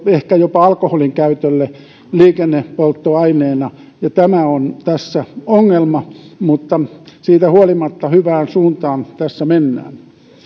ehkä jopa alkoholin käytölle liikennepolttoaineena tämä on tässä ongelma mutta siitä huolimatta hyvään suuntaan tässä mennään